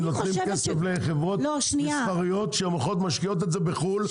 הם נותנים כסף לחברות מסחריות שמשקיעות את זה בחו"ל,